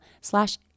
slash